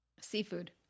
Seafood